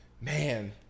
man